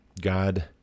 God